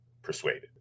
Persuaded